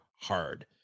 hard